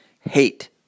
hate